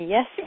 Yes